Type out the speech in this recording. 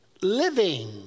living